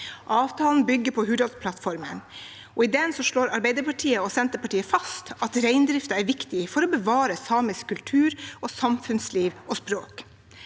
Avtalen bygger på Hurdalsplattformen, og i den slår Arbeiderpartiet og Senterpartiet fast at reindriften er viktig for å bevare samisk kultur, samfunnsliv og språk.